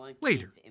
Later